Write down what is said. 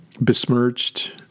besmirched